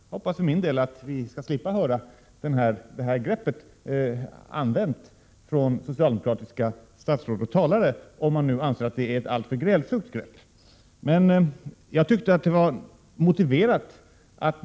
Jag hoppas för min del att vi skall slippa höra det greppet använt från socialdemokratiska statsråd och talare, om man nu anser att det är ett alltför grälsjukt grepp.